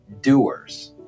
doers